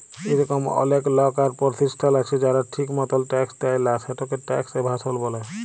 ইরকম অলেক লক আর পরতিষ্ঠাল আছে যারা ঠিক মতল ট্যাক্স দেয় লা, সেটকে ট্যাক্স এভাসল ব্যলে